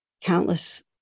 countless